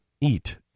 eat